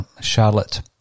Charlotte